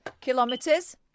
Kilometers